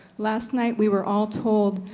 last night we were all told,